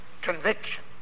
Conviction